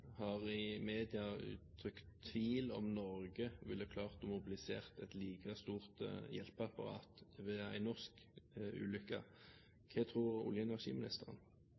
har i media uttrykt tvil om Norge ville klart å mobilisere et like stort hjelpeapparat ved en norsk ulykke. Hva tror olje- og energiministeren?